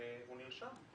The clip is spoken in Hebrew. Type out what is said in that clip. והוא נרשם.